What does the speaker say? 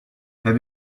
have